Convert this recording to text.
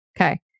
Okay